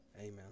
amen